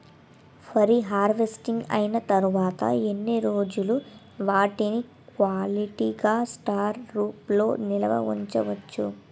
వరి హార్వెస్టింగ్ అయినా తరువత ఎన్ని రోజులు వాటిని క్వాలిటీ గ స్టోర్ రూమ్ లొ నిల్వ ఉంచ వచ్చు?